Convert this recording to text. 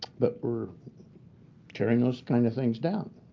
that were tearing those kind of things down.